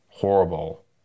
horrible